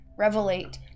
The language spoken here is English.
revelate